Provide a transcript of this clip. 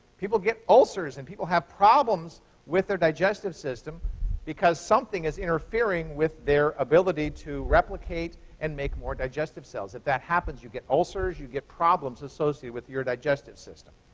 people get ulcers, and people have problems with their digestive system because something is interfering with their ability to replicate and make more digestive cells. if that happens, you get ulcers. you get problems associated with your digestive system.